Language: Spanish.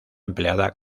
empleada